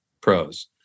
Pros